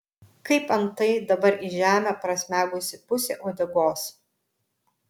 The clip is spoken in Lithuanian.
kaip antai dabar į žemę prasmegusi pusė uodegos